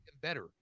better